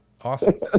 awesome